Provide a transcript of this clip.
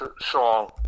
song